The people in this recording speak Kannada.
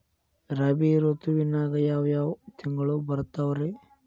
ರಾಬಿ ಋತುವಿನಾಗ ಯಾವ್ ಯಾವ್ ತಿಂಗಳು ಬರ್ತಾವ್ ರೇ?